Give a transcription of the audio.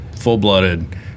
full-blooded